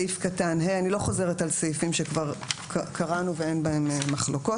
אני לא חוזרת על סעיפים שכבר קראנו ואין בהם מחלוקות.